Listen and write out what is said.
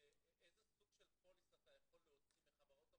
איזה סוג של פוליסה אתה יכול להוציא מחברות הביטוח.